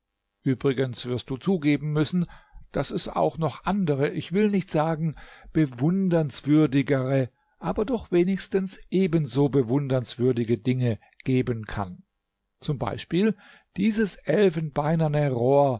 übrigens wirst du zugeben müssen daß es auch noch andere ich will nicht sagen bewundernswürdigere aber doch wenigstens ebenso bewundernswürdige dinge geben kann zum beispiel dieses